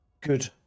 Good